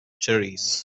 cherries